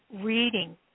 reading